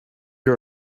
you